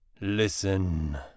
Listen